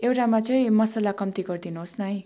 एउटामा चाहिँ मसाला कम्ती गरिदिनुहोस् न है